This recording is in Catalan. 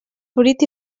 florit